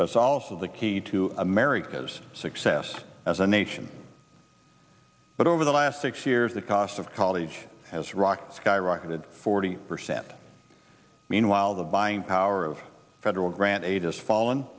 that's also the key to america's success as a nation but over the last six years the cost of college has rocked skyrocketed forty percent meanwhile the buying power of federal grant aid has fallen